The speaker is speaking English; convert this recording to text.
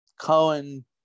Cohen